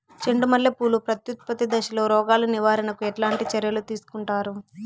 చెండు మల్లె పూలు ప్రత్యుత్పత్తి దశలో రోగాలు నివారణకు ఎట్లాంటి చర్యలు తీసుకుంటారు?